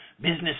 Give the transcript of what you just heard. business